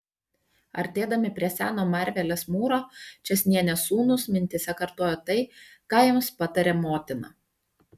artėdami prie seno marvelės mūro čėsnienės sūnūs mintyse kartojo tai ką jiems patarė motina